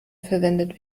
verwendet